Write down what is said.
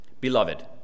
Beloved